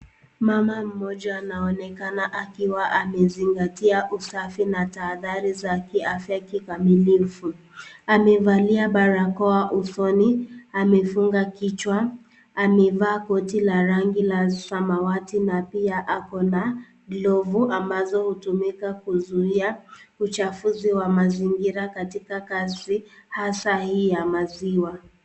Mama mmoja anaonekana akiwa amezingatia usafi na taadhara za kiafya kikamilifu, amevalia barakoa usoni, amefunga kichwa, amevaa koti la rangi la samawati na pia ako na, glovu ambazo hutumika kuzuiya uchafuzi wa mazingira katika kazi, hasa hii ya maziwa.